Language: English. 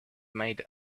made